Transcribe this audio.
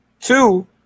Two